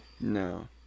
No